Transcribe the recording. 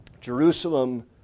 Jerusalem